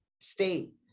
state